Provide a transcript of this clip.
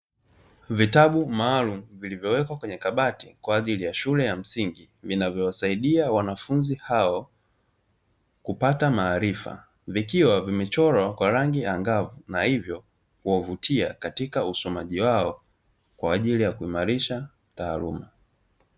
Vitabu maalumu, vilivyowekwa kwenye makabati ya shule ya msingi, vinavyosaidia wanafunzi hao kupata maarifa, vikiwa vimechorwa kwa rangi angavu na hivyo kuwavutia katika usomaji wao kwa ajili ya kuimarisha taaluma.